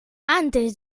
antes